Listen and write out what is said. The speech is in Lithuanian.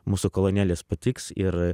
mūsų kolonėlės patiks ir